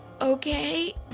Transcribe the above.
okay